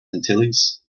antilles